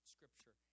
Scripture